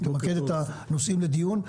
תמקד את הנושאים לדיון.